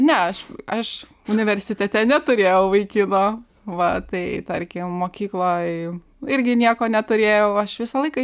ne aš aš universitete neturėjau vaikino va tai tarkim mokykloj irgi nieko neturėjau aš visą laiką